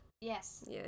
Yes